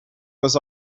was